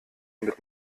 mit